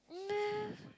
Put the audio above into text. nah